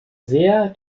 sehr